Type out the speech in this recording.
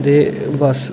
ते बस